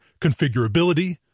configurability